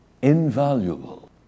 invaluable